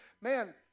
Man